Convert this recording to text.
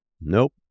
Nope